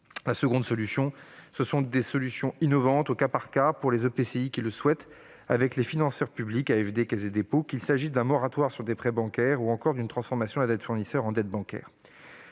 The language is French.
La seconde solution consiste à développer des solutions innovantes, au cas par cas, pour les EPCI qui le souhaitent, avec les financeurs publics, l'AFD et la CDC, qu'il s'agisse d'un moratoire sur des prêts bancaires ou encore de la transformation de la dette due aux fournisseurs en dette bancaire.